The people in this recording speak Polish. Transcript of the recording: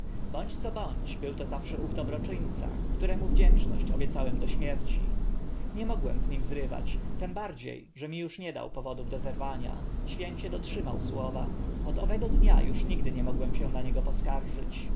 bądź co bądź był to zawsze ów dobroczyńca któremu wdzięczność obiecałem do śmierci nie mogłem z nim zrywać tym bardzie że mi uż nie dał powodów do zerwania święcie dotrzymał słowa od owego dnia uż nigdy nie mogłem się na niego poskarżyć